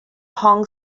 hong